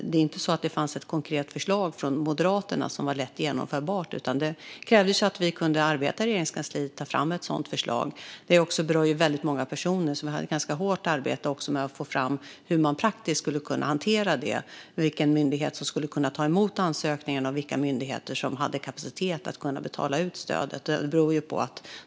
Det var inte så att det fanns ett konkret förslag från Moderaterna som var lätt genomförbart, utan det krävdes att vi kunde arbeta i Regeringskansliet med att ta fram ett sådant förslag. Det berör väldigt många personer, så vi hade också ett ganska hårt arbete med att få fram hur man praktiskt skulle hantera detta, vilken myndighet som skulle kunna ta emot ansökningarna och vilka myndigheter som hade kapacitet att betala ut stödet.